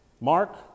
Mark